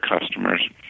customers